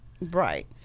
Right